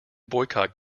boycott